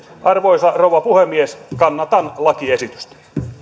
arvoisa rouva puhemies kannatan lakiesitystä